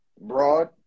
broad